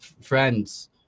friends